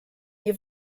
nie